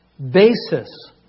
basis